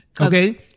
Okay